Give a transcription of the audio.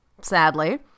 sadly